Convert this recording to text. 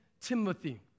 Timothy